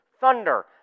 Thunder